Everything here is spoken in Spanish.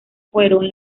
fueron